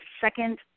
second